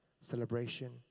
celebration